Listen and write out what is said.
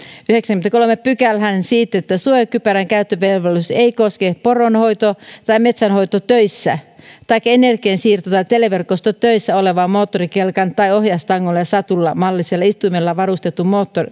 yhdeksänteenkymmenenteenkolmanteen pykälään siitä että suojakypärän käyttövelvollisuus ei koske poronhoito tai metsänhoitotöissä taikka energiansiirto tai televerkostotöissä olevaa moottorikelkan tai ohjaustangolla ja satulamallisella istuimella varustetun